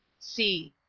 c.